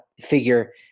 figure